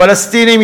פלסטינים,